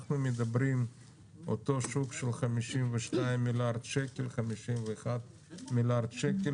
אנחנו מדברים על אותו שוק של 52-51 מיליארד שקל,